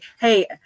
hey